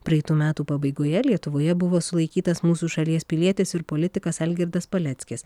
praeitų metų pabaigoje lietuvoje buvo sulaikytas mūsų šalies pilietis ir politikas algirdas paleckis